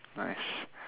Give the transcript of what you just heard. nice